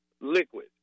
liquid